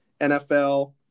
NFL